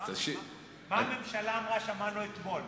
מה הממשלה אמרה שמענו אתמול.